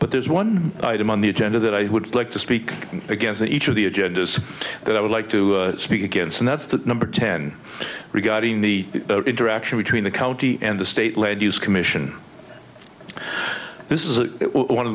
but there's one item on the agenda that i would like to speak against each of the agendas that i would like to speak against and that's that number ten regarding the interaction between the county and the state lead use commission this is one of